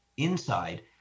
inside